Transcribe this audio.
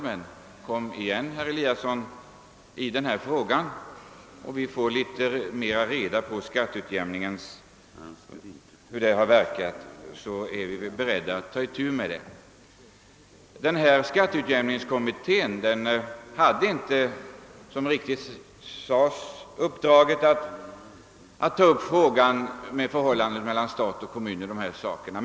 Men kom igen, herr Eliasson, i denna fråga då vi fått litet bättre reda på hur skatteutjämningen verkar, så är vi beredda att ta itu med problemet. Skatteutjämningskommittén hade inte, som sades, uppdraget att ta upp frågan om förhållandet mellan stat och kommun i detta avseende.